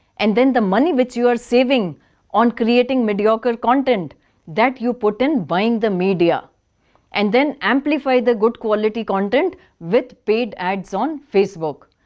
and then use the money which you are saving on creating mediocre content that you put in buying the media and then amplify the good quality content with paid ads on facebook.